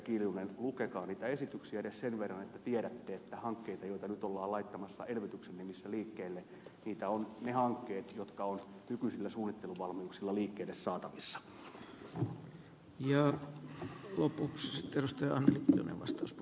kiljunen lukekaa niitä esityksiä edes sen verran että tiedätte että hankkeita joita nyt ollaan laittamassa elvytyksen nimissä liikkeelle ovat ne hankkeet jotka ovat nykyisillä suunnitteluvalmiuksilla liikkeelle saatavissa